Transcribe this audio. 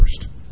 first